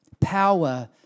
power